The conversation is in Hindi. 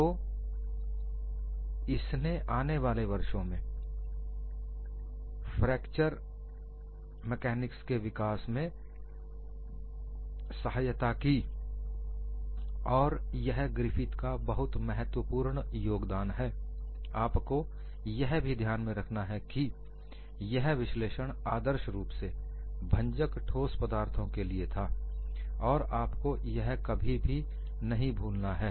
तो इसने आने वाले वर्षों में फ्रैक्चर मैकानिक्स के विकास में सहायता की और यह ग्रिफिथ का बहुत महत्वपूर्ण योगदान है आपको यह भी ध्यान रखना है कि यह विश्लेषण आदर्श रूप से भंजक ठोस पदार्थों के लिए था आपको यह कभी भी नहीं भूलना है